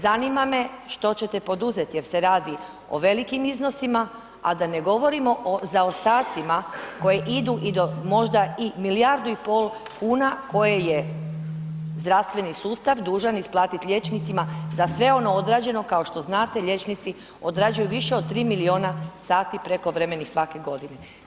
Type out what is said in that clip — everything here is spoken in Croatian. Zanima me, što ćete poduzeti jer se radi o velikim iznosima, a da ne govorimo o zaostacima koji idu i do možda i milijardu i pol kuna koje je zdravstveni sustav dužan isplatiti liječnicima za sve ono odrađeno, kao što znate liječnici odrađuju više od 3 milijuna sati prekovremenih svake godine.